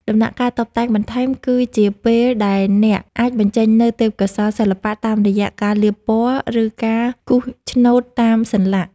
ដំណាក់កាលតុបតែងបន្ថែមគឺជាពេលដែលអ្នកអាចបញ្ចេញនូវទេពកោសល្យសិល្បៈតាមរយៈការលាបពណ៌ ឬការគូសឆ្នូតតាមសន្លាក់។